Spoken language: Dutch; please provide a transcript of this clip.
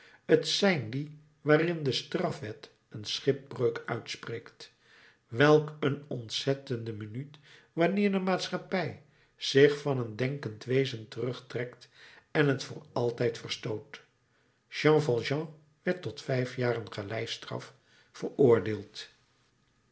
t zijn die waarin de strafwet een schipbreuk uitspreekt welk een ontzettende minuut wanneer de maatschappij zich van een denkend wezen terrugtrekt en het voor altijd verstoot jean valjean werd tot vijf jaren galeistraf veroordeeld